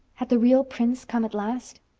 had the real prince come at last?